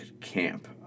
camp